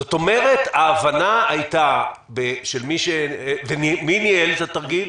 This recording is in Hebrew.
זאת אומרת, ההבנה היתה --- ומי ניהל את התרגיל?